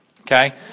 Okay